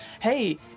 hey